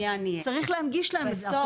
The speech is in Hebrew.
צריך להנגיש להם את זה,